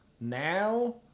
now